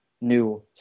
new